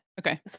Okay